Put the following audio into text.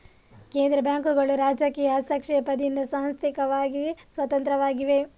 ಕೇಂದ್ರ ಬ್ಯಾಂಕುಗಳು ರಾಜಕೀಯ ಹಸ್ತಕ್ಷೇಪದಿಂದ ಸಾಂಸ್ಥಿಕವಾಗಿ ಸ್ವತಂತ್ರವಾಗಿವೆ